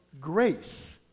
grace